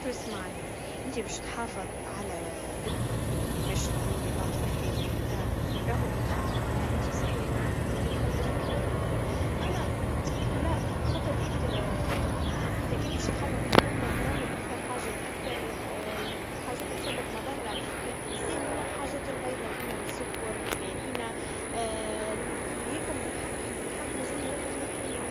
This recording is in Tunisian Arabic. شو اسمعني, انت باش تحافظ على بدنك وكيفاش تني نظام صحي باللي قدر, راهو بالحق انت صحيح نعرفك, انت تحب السكر والكل, انا, لا, خطر لي ت إذا كان باش تخمم في بدنك, راهو أكثر حاجات تسبب مضرا للإنسان هما الحاجات البايظا, كيما السكر, الفارينا, اللي هكم بالحق بالحق لازم الواحد ينحيهم.